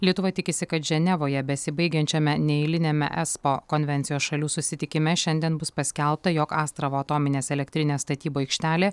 lietuva tikisi kad ženevoje besibaigiančiame neeiliniame espo konvencijos šalių susitikime šiandien bus paskelbta jog astravo atominės elektrinės statybų aikštelė